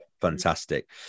Fantastic